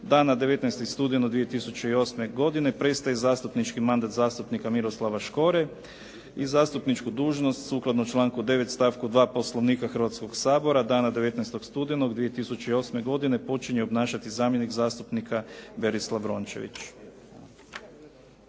Dana 19. studenog 2008. godine prestaje zastupnički mandat zastupnika Miroslava Škore. Zastupničku dužnost sukladno članku 9. stavku 2. Poslovnika Hrvatskoga sabora dana 19. studenog 2008. godine počinje obnašati zamjenik zastupnika Berislav Rončević.